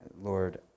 Lord